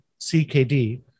CKD